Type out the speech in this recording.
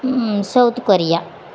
South Korea